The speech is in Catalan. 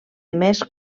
més